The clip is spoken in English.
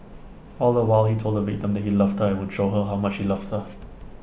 all the while he told the victim that he loved her and would show her how much he loved her